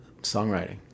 songwriting